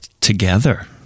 Together